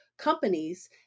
companies